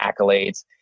accolades